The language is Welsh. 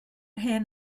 hen